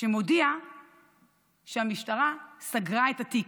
שמודיע שהמשטרה סגרה את התיק.